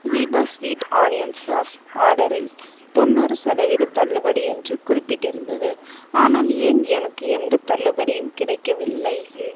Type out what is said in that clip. Veeba sweet onion sauce ஆர்டரில் தொண்ணூறு சதவித தள்ளுபடி என்று குறிப்பிட்டிருந்தது ஆனால் ஏன் எனக்கு எந்தத் தள்ளுபடியும் கிடைக்கவில்லை